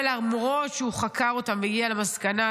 ולמרות שהוא חקר אותם והגיע למסקנה,